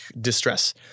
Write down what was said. distress